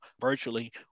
virtually